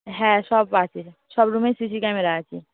হ্যাঁ সব আছে সব রুমেই সি সি ক্যামেরা আছে